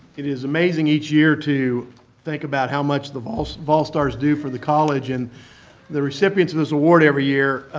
it is amazing each year to think about how much the vol so vol stars do for the college, and the recipients of this award every year